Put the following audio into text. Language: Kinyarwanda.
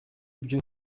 byo